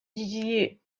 dizier